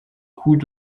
coûts